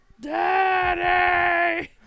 Daddy